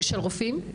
של רופאים?